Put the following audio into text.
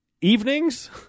evenings